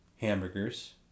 hamburgers